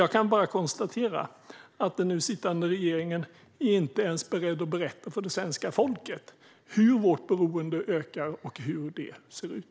Jag kan bara konstatera att den nu sittande regeringen inte ens är beredd att berätta för svenska folket hur vårt beroende ökar och hur det ser ut.